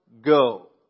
go